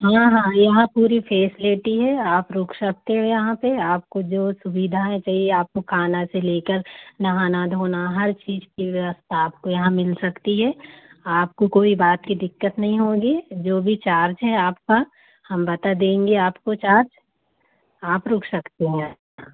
हाँ हाँ यहाँ पूरी फेसलिटी है आप रुक सकते हो यहाँ पर आपको जो सुविधाएँ चाहिए आपको खाना से लेकर नहाना धोना हर चीज की व्यवस्था आपको यहाँ मिल सकती है आपको कोई बात की दिक्कत नई होगी जो भी चार्ज है आपका हम बता देंगे आपको चार्ज आप रुक सकती हैं